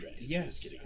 Yes